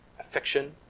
affection